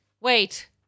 Wait